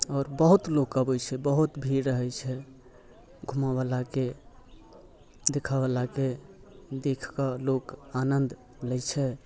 आओर बहुत लोक अबै छै बहुत भीड़ रहै छै घूमऽवला के देखऽवला के देख कऽ लोक आनन्द लै छै